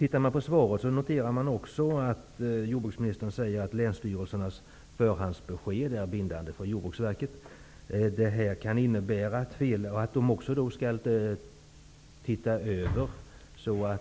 Jag kan notera att jordbruksministern i svaret säger att länsstyrelsernas förhandsbesked är bindande för Jordbruksverket. Det innebär att man skall se över verksamheten och kontrollera